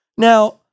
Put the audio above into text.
Now